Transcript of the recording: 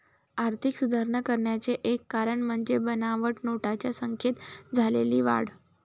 आर्थिक सुधारणा करण्याचे एक कारण म्हणजे बनावट नोटांच्या संख्येत झालेली वाढ